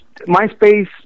MySpace